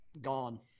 gone